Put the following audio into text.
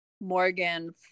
morgan